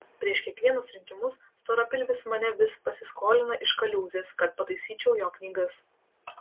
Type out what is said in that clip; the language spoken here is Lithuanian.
prieš kiekvienus rinkimus storapilvis mane vis pasiskolina iš kaliūzės kad pataisyčiau jo knygas